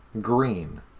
green